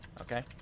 Okay